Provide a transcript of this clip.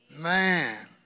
Man